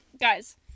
Guys